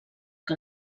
que